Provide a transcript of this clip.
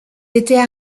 étaient